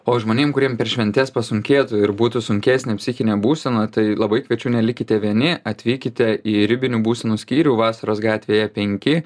o žmonėm kuriem per šventes pasunkėtų ir būtų sunkesnė psichinė būsena tai labai kviečiu nelikite vieni atvykite į ribinių būsenų skyrių vasaros gatvėje penki